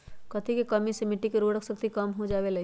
कथी के कमी से मिट्टी के उर्वरक शक्ति कम हो जावेलाई?